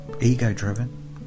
ego-driven